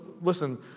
listen